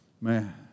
Man